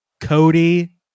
Cody